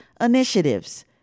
initiatives